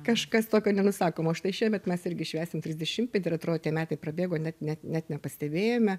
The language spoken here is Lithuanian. kažkas tokio nenusakomo o štai šiemet mes irgi švęsim trisdešimtmetį ir atrodo tie metai prabėgo net ne net nepastebėjome